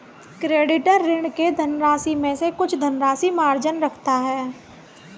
creditor, ऋणी के धनराशि में से कुछ धनराशि मार्जिन रखता है